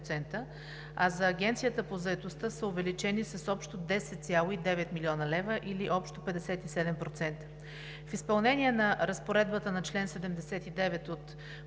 а за Агенцията по заетостта са увеличени с общо 10,9 млн. лв., или общо 57%. В изпълнение на разпоредбата на чл. 79 от